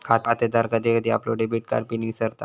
खातेदार कधी कधी आपलो डेबिट कार्ड पिन विसरता